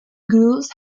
gulls